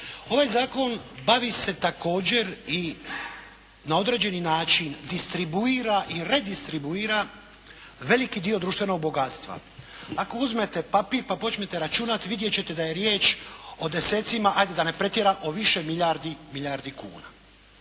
Ovaj zakon bavi se također i na određeni način distribuira i redistribuira veliki dio društvenog bogatstva. Ako uzmete papir pa počmete računat, vidjet ćete da je riječ o desecima, ajde da ne pretjeram o više milijardi kuna.